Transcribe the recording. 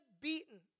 beaten